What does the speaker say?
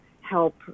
help